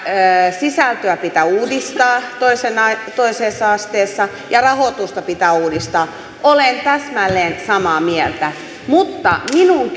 sisältöä pitää uudistaa toisella asteella ja rahoitusta pitää uudistaa olen täsmälleen samaa mieltä mutta minun